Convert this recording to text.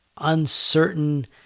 uncertain